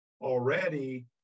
already